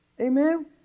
Amen